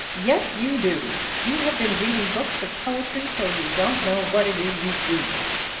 yes you do. you have been reading books of poetry till you don't know what it is you do want.